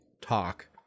talk